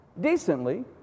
decently